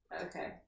Okay